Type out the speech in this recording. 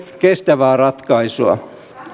kestävää ratkaisua